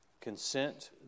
consent